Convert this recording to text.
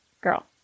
girl